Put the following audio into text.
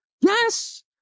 Yes